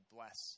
Bless